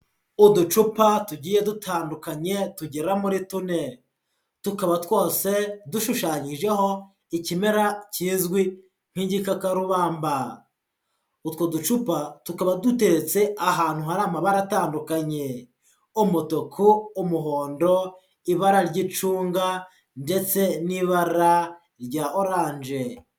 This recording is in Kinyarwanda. uducupa tugiye dutandukanye tugera muri tune, tukaba twose dushushanyijeho ikimera kizwi nk'igikakarubamba, utwo ducupa tukaba duteretse ahantu hari amabara atandukanye, umutuku, umuhondo, ibara ry'icunga ndetse n'ibara rya oranje.